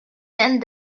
sent